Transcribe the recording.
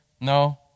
No